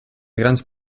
grans